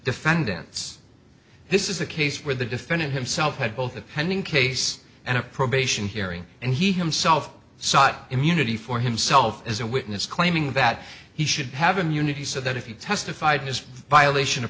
defendants this is a case where the defendant himself had both a pending case and a probation hearing and he himself sought immunity for himself as a witness claiming that he should have immunity so that if you testified as violation of